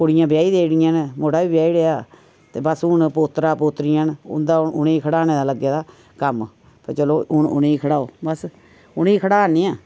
कुड़ियां ब्याई देई ओड़ियां न मुड़ा बी ब्याई ओड़ेआ ते बस हून पोत्तरा पोत्तरियां उंदा हून उनेंगी खढाने दा लग्गे दा कम्म ते चलो हून उनेंगी खढाओ बस उनेंगी खढा करनेआं